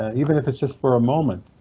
even if it's just for a moment.